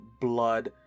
Blood